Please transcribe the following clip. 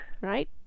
Right